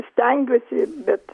stengiuosi bet